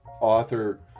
author